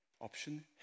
Option